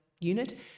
unit